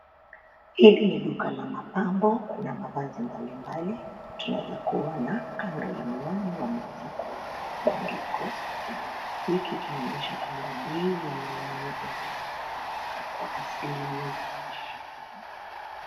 Hili ni duka la mapambo na mavazi mbalimbali, tunaweza kuona, kando ya miwani wameweza kuweka vibandiko, kibandiko hiki kinaonyesha kwamba bei ya miwani imeweza kuanguka kwa asilimia ishirini.